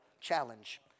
challenge